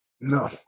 No